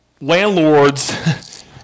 landlords